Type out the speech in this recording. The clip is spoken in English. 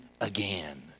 again